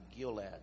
Gilad